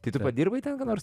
tai tu padirbai ten ką nors